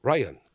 Ryan